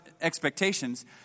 expectations